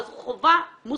אבל זו חובה מוסרית